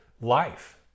life